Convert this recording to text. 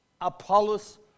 Apollos